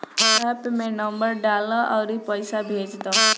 app में number डालअ अउरी पईसा भेज दअ